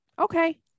Okay